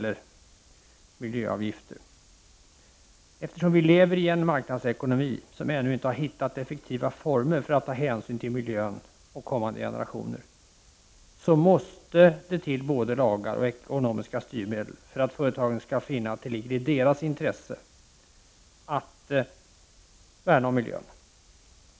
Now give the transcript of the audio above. Eftersom vi lever i en marknadsekonomi som ännu inte har hittat effektiva former för att ta hänsyn till miljön och kommande generationer, måste det till både lagar och ekonomiska styrmedel för att företagen skall finna att det ligger i deras intresse att värna om miljön.